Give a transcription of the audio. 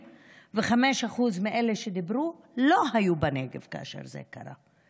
ש-95% מאלה שדיברו לא היו בנגב כאשר זה קרה.